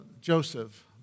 Joseph